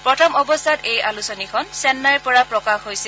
প্ৰথম অৱস্থাত এই আলোচনীখন চেন্নাইৰ পৰা প্ৰকাশ হৈছিল